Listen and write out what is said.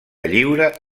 lliure